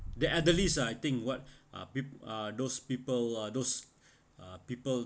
the elderlies ah I think what uh peop~ uh those people uh those uh people